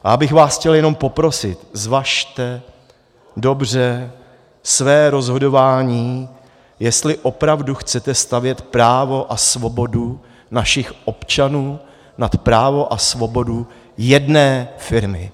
A já bych vás chtěl jen poprosit, zvažte dobře své rozhodování, jestli opravdu chcete stavět právo a svobodu našich občanů nad právo a svobodu jedné firmy.